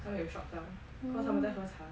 他们有 shocked 到因为他们在喝茶